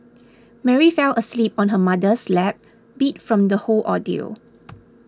Mary fell asleep on her mother's lap beat from the whole ordeal